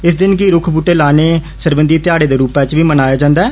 इस दिन गी रुक्ख बृहटे गी लाने सरबंधी ध्याडे दे रूपै च बी मनाया जंदा ऐ